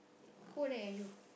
who nag at you